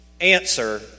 answer